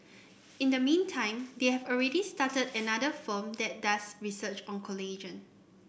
in the meantime they have already started another firm that does research on collagen